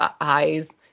eyes